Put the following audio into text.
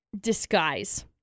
disguise